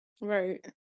Right